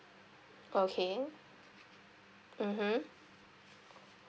okay mmhmm